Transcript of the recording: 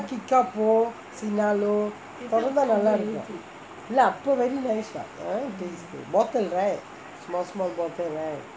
Kickapoo Sinalco எல்லாம் நல்லாருக்கும் இல்லே அப்போ:ellam nallarukkum illae appo very nice [what] taste ah bottle right small small bottle right